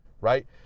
right